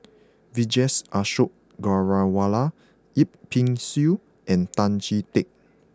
Vijesh Ashok Ghariwala Yip Pin Xiu and Tan Chee Teck